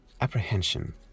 apprehension